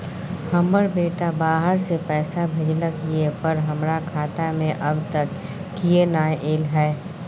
हमर बेटा बाहर से पैसा भेजलक एय पर हमरा खाता में अब तक किये नाय ऐल है?